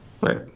Right